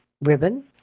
ribbon